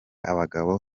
abagabo